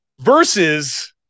Versus